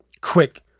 quick